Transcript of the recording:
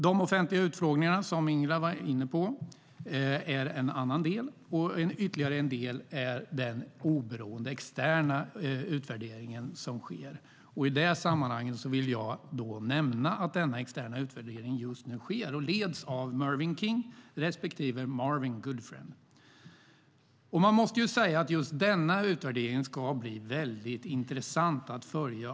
De offentliga utfrågningarna är, som Ingela var inne på, en annan del. Ytterligare en del är den oberoende externa utvärdering som sker. I det sammanhanget vill jag bara nämna att denna externa utvärdering just nu sker och leds av Mervyn King respektive Marvin Goodfriend. Man måste säga att just denna utvärdering ska bli väldigt intressant att följa.